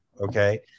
Okay